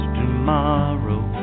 tomorrow